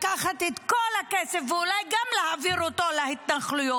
לקחת את כל הכסף ואולי גם להעביר אותו להתנחלויות.